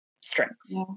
strengths